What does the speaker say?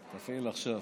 תפעיל עכשיו